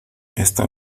esta